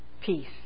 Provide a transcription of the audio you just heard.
peace